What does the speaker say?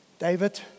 David